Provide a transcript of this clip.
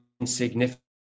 insignificant